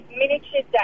miniature